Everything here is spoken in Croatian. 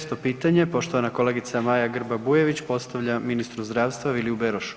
Šesto pitanje poštovana kolegica Maja Grba Bujević, postavlja ministru zdravstva Viliju Berošu.